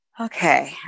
okay